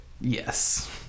Yes